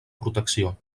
protecció